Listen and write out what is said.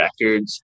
records